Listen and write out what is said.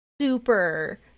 super